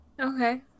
okay